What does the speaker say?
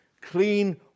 clean